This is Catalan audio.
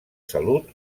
salut